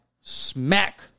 smack